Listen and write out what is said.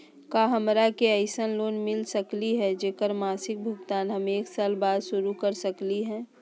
का हमरा के ऐसन लोन मिलता सकली है, जेकर मासिक भुगतान हम एक साल बाद शुरू कर सकली हई?